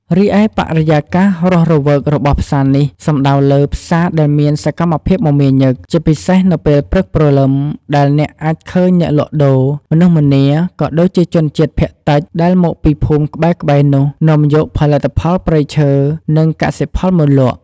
រីឯបរិយាកាសរស់រវើករបស់ផ្សារនេះ សំដៅលើផ្សារដែលមានសកម្មភាពមមាញឹក ជាពិសេសនៅពេលព្រឹកព្រលឹម ដែលអ្នកអាចឃើញអ្នកលក់ដូរ មនុស្សម្នា ក៏ដូចជាជនជាតិភាគតិចដែលមកពីភូមិក្បែរៗនោះ នាំយកផលិតផលព្រៃឈើ និងកសិផលមកលក់។